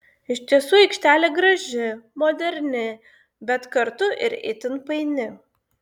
iš tiesų aikštelė graži moderni bet kartu ir itin paini